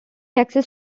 access